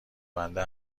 بنده